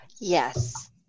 Yes